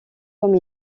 comme